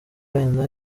wenda